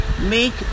Make